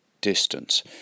distance